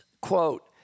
quote